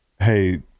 Hey